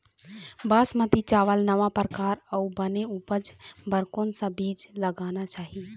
बासमती चावल नावा परकार अऊ बने उपज बर कोन सा बीज ला लगाना चाही?